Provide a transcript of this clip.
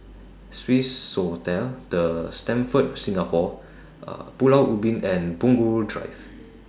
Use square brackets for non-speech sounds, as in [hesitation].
Swissotel The Stamford Singapore [hesitation] Pulau Ubin and Punggol Drive